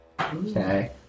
Okay